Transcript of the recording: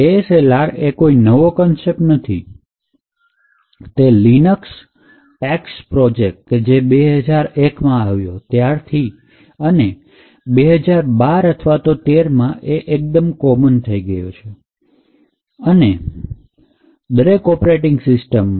ASLR નવો concept નથી તે linux PaX પ્રોજેક્ટ કે જે 2001માં આવ્યો ત્યારથી છે અને 2012 અથવા તો ૧૩થી એ કોમન થઇ ગયો છે દરેક ઓપરેટિંગ સિસ્ટમમાં